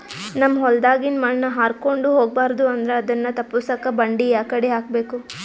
ನಮ್ ಹೊಲದಾಗಿನ ಮಣ್ ಹಾರ್ಕೊಂಡು ಹೋಗಬಾರದು ಅಂದ್ರ ಅದನ್ನ ತಪ್ಪುಸಕ್ಕ ಬಂಡಿ ಯಾಕಡಿ ಹಾಕಬೇಕು?